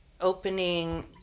opening